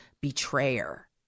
betrayer